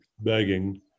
begging